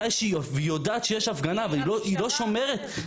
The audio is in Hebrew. מתי שהיא יודעת שיש הפגנה, היא לא שומרת.